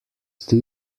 two